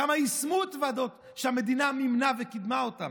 כמה יישמו המלצות של ועדות שהמדינה מימנה וקידמה אותן?